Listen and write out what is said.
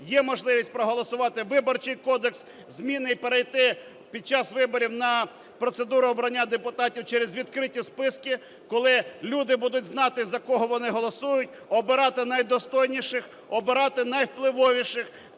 Є можливість проголосувати Виборчий кодекс, зміни, і перейти під час виборів на процедуру обрання депутатів через відкриті списки, коли люди будуть знати, за кого вони голосують, обирати найдостойніших, обирати найвпливовіших